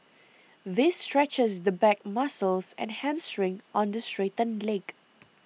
this stretches the back muscles and hamstring on the straightened leg